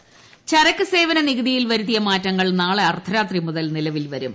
T ചരക്കു സേവന നികുതിയിൽ വരുത്തിയ മാറ്റങ്ങൾ നാളെ അർദ്ധരാത്രിമുതൽ നിലവിൽ വരും